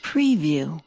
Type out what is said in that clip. Preview